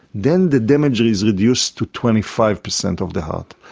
then the damage is reduced to twenty five percent of the heart.